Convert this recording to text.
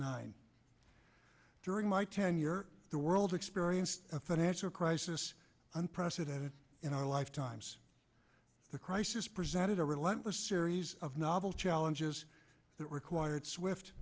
nine during my tenure the world experienced a financial crisis unprecedented in our lifetimes the crisis presented a relentless series of novel challenges that required swift